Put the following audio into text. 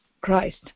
Christ